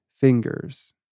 fingers